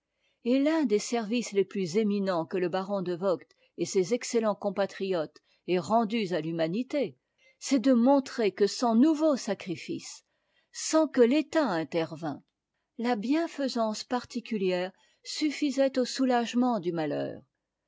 et l'un des services les plus éminents que le baron d voght et ses excellents compatriotes aient rendus à l'humanité c'est de montrer que sans nouveaux sacrifices sans que t'état intervînt la bienfaisance particulière suffisait au soulagement du malheur